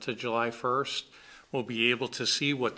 to july first we'll be able to see what